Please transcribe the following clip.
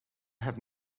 have